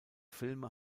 filme